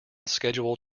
schedule